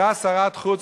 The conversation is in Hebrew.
אותה שרת חוץ,